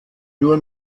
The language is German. nur